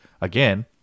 again